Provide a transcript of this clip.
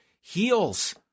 heels